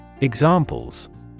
Examples